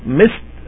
missed